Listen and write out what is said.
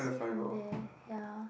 see from there ya